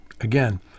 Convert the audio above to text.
Again